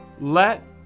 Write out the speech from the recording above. let